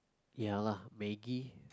ya lah Maggi